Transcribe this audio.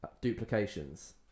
duplications